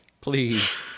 Please